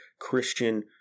Christian